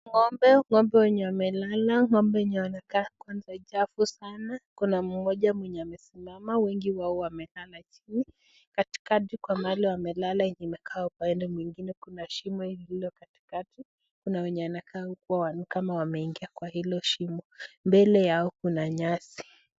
Ng'ombe, ng'ombe wenye wamelala, ng'ombe wenye wanakaa kwanza chafu sana, kuna mmoja mwenye amesimama, wengi wao wamelala chini. Katikati iko mahali wamelala yenye imekaa upande mwingine, kuna shimo lililo katikati, kuna wenye wanakaa uko ni kama wameingia kwa hilo shimo, mbele yao kuna nyasi.